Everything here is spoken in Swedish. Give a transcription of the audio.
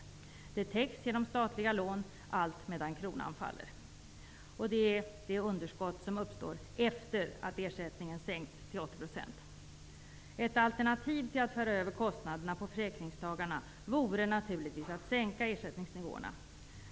Detta underskott täcks med statliga lån, allt medan kronan faller -- det är alltså det underskott som uppstår efter det att ersättningen har sänkts till 80 %. Ett alternativ till att föra över kostnaderna på försäkringstagarna vore naturligtvis att sänka ersättningsnivåerna.